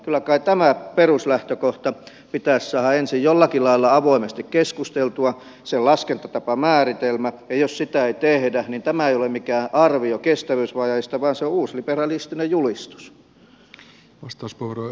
kyllä kai tämä peruslähtökohta pitäisi saada ensin jollakin lailla avoimesti keskusteltua sen laskentatapamääritelmä ja jos sitä ei tehdä niin tämä ei ole mikään arvio kestävyysvajeesta vaan se on uusliberalistinen julistus